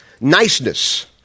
Niceness